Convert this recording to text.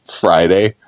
Friday